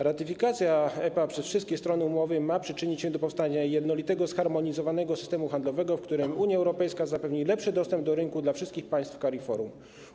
Ratyfikacja EPA przez wszystkie strony umowy ma przyczynić się do powstania jednolitego, zharmonizowanego systemu handlowego, w którym Unia Europejska zapewni lepszy dostęp do rynku dla wszystkich państw CARIFORUM.